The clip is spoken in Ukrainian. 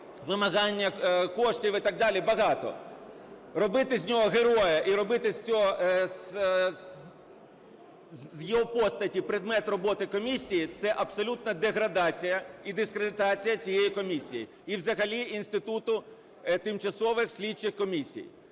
вимагання коштів і так далі, багато. Робити з нього героя і робити з його постаті предмет роботи комісії – це абсолютна деградація і дискредитація цієї комісії, і взагалі інституту тимчасових слідчих комісій.